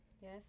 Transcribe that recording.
Yes